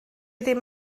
ddim